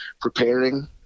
preparing